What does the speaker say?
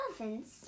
Elephant's